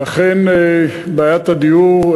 אכן בעיית הדיור,